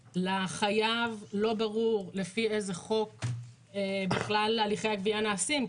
לחייב לא ברור לפי איזה חוק הליכי הגבייה נעשים,